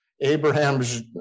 Abraham's